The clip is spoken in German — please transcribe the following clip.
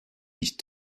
dich